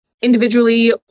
individually